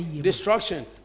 Destruction